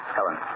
Helen